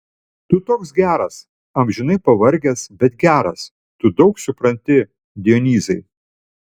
tu toks geras amžinai pavargęs bet geras tu daug supranti dionyzai